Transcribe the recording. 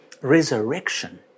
resurrection